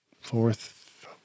fourth